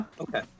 okay